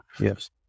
yes